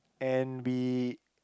and we